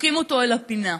שדוחקים אותו אל הפינה.